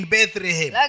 Bethlehem